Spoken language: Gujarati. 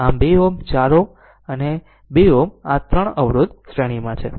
આમ 2 Ω 4 Ω અને 2 Ω આ 3 અવરોધ શ્રેણીમાં છે